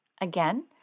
Again